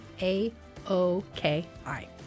A-O-K-I